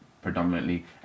Predominantly